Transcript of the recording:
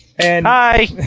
Hi